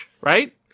right